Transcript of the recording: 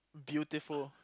beautiful